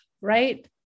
right